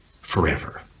forever